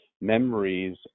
memories